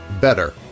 better